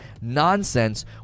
nonsense